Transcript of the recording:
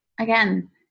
again